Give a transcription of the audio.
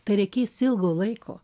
tai reikės ilgo laiko